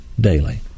daily